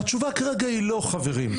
והתשובה כרגע היא לא חברים.